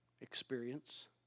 Experience